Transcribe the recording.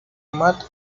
matt